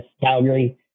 Calgary